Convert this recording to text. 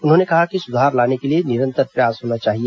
उन्होंने कहा कि सुधार लाने के लिए निरंतर प्रयास करना होगा